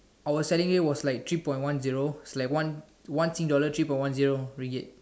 our selling rate was like three point one zero is like one one sing dollar three point one zero Ringgit